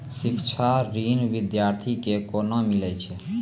शिक्षा ऋण बिद्यार्थी के कोना मिलै छै?